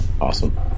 Awesome